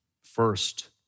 first